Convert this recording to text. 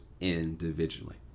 individually